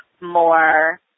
more